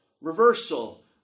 reversal